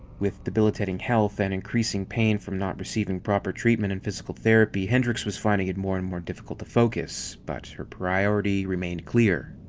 with debilitating health and increasing pain from not recieving proper treatment and physical therapy, hendricks was finding it more and more difficult to focus. but her priority remained clear.